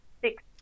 six